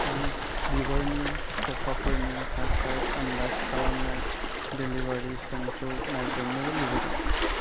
आं बिबारनि थफाफोरनि थाखाय आन्दाज खालामनाय डेलिबारि समखौ नायग्रोमनो लुबैदों